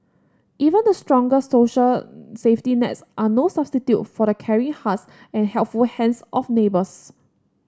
even the strongest social safety nets are no substitute for the caring hearts and helpful hands of neighbours